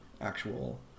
actual